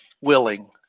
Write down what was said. willing